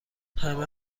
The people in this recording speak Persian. همه